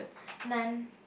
none